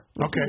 Okay